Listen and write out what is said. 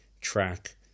track